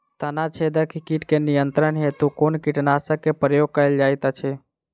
तना छेदक कीट केँ नियंत्रण हेतु कुन कीटनासक केँ प्रयोग कैल जाइत अछि?